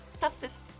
toughest